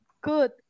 good